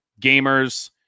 Gamers